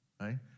right